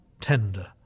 tender